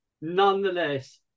nonetheless